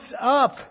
up